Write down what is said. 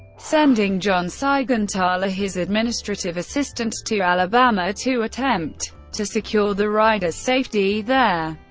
sending john seigenthaler, his administrative assistant, to alabama to attempt to secure the riders' safety there.